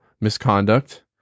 misconduct